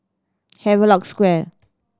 Havelock Square